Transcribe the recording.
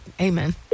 Amen